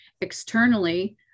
externally